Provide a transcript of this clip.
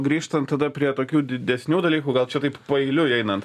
grįžtant tada prie tokių didesnių dalykų gal čia taip paeiliui einant